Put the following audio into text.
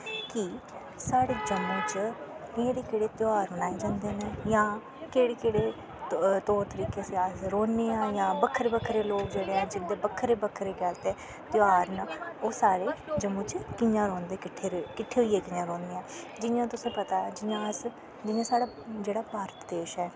कि साढ़े जम्मू च केह्ड़े केह्ड़े ध्यार मनाए जंदे न जां केह्ड़े केह्ड़े तौर तरीके जिस च अस रौह्ने आं जां बक्खरे बक्खरे लोग जेह्ड़े ऐ जि'न्दे बक्खरे बक्खरे गल्ल ते ध्यार न ओहे सारे जम्मू च कियां रौंह्दे किट्ठे किट्ठे होईयै कियां रौह्ने आं जियां तुसें पता ऐ जियां अस जियां साढ़ा जेह्ड़ा भारत देश ऐ